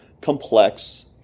complex